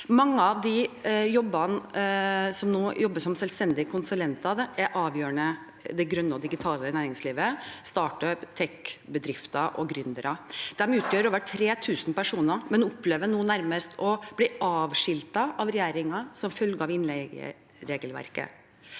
Mange av dem som nå jobber som selvstendige konsulenter, er avgjørende i det grønne og digitale næringslivet – startuper, techbedrifter og gründere. De utgjør over 3 000 personer, men opplever nå nærmest å bli avskiltet av regjeringen som følge av innleieregelverket.